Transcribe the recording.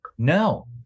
No